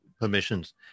permissions